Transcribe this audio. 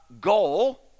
goal